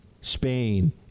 Spain